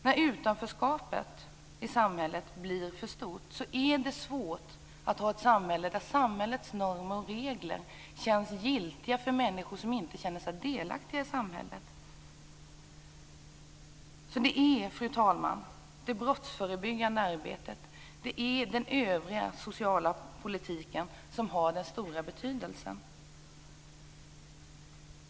När utanförskapet i samhället blir för stort är det svårt för samhället att ha regler och normer som känns giltiga för människor som inte känner sig delaktiga i samhället. Därför är det, fru talman, det brottsförebyggande arbetet och den övriga sociala politiken som har den stora betydelsen.